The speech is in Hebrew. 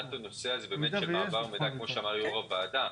מבחינת מעבר מידע, כפי שאמר יושב-ראש הוועדה.